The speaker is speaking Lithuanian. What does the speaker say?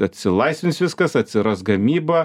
atsilaisvins viskas atsiras gamyba